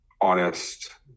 honest